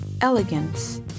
Elegance